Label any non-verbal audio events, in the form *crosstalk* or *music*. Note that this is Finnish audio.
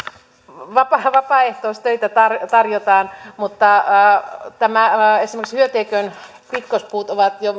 vapaaehtoistöitä tarjotaan mutta esimerkiksi hyöteikön pitkospuut ovat merkittävät jo *unintelligible*